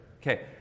Okay